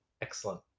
Excellent